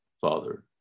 Father